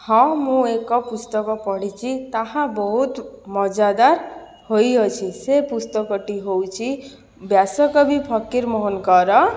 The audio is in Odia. ହଁ ମୁଁ ଏକ ପୁସ୍ତକ ପଢ଼ିଛି ତାହା ବହୁତ ମଜାଦାର ହୋଇଅଛି ସେ ପୁସ୍ତକଟି ହେଉଛି ବ୍ୟାସକବି ଫକିର ମୋହନଙ୍କର